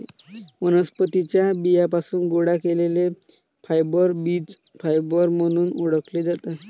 वनस्पतीं च्या बियांपासून गोळा केलेले फायबर बीज फायबर म्हणून ओळखले जातात